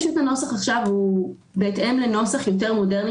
הנוסח עכשיו הוא בהתאם לנוסח יותר מודרני